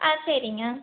ஆ சரிங்க